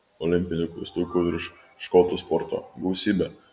olimpinių klaustukų virš škotų sporto gausybė